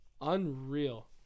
unreal